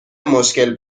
مشکل